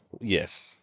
Yes